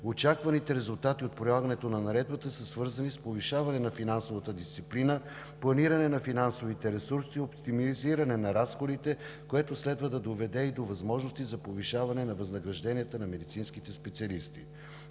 Очакваните резултати от прилагането на наредбата са свързани с повишаване на финансовата дисциплина, планиране на финансовите ресурси, оптимизиране на разходите, което следва да доведе и до възможности за повишаване на възнагражденията на медицинските специалисти.